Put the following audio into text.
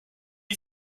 wie